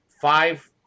five